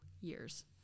years